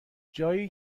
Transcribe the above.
جایی